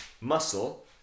muscle